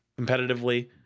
competitively